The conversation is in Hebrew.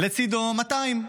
לצידו 200,